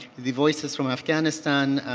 the voices from afghanistan